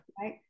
right